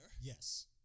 yes